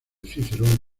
cicerón